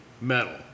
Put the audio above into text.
metal